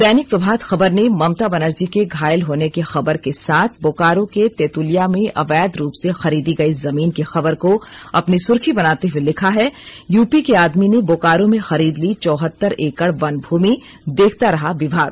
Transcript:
दैनिक प्रभात खबर ने ममता बनर्जी के घायल होने की खबर के साथ बोकारो के तेतुलिया में अवैध रूप से खरीदी गई जमीन की खबर को अपनी सुर्खी बनाते हुए लिखा है यूपी के आदमी ने बोकारो में खरीद ली चौहतर एकड़ वन भूमि देखता रहा विभाग